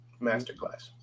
Masterclass